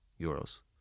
euros